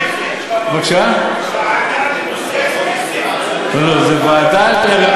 לא, זו ועדה לנושא ספציפי.